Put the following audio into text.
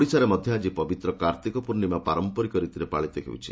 ଓଡିଶାରେ ମଧ୍ୟ ଆଜି ପବିତ୍ର କାର୍ତ୍ତିକ ପୂର୍ଣ୍ଣିମା ପାରମ୍ପରିକ ରୀତିରେ ପାଳିତ ହେଉଛି